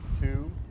two